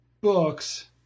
Books